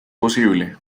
posible